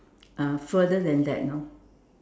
uh further than that you know